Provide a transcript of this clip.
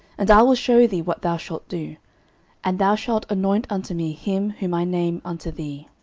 and i will shew thee what thou shalt do and thou shalt anoint unto me him whom i name unto thee.